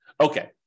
Okay